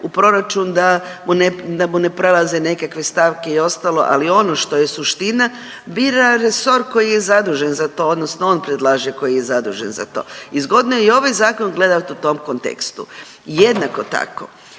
u proračun da mu ne prelaze nekakve stavke i ostalo, ali ono što je suština bira resor koji je zadužen za to odnosno on predlaže koji je zadužen za to. I zgodno je i ovaj zakon gledati u tom kontekstu. Jednako tako,